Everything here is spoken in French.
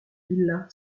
villa